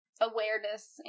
Awareness